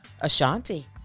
Ashanti